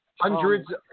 hundreds